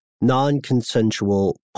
non-consensual